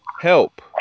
help